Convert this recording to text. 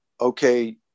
okay